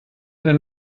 einer